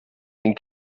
den